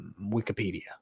Wikipedia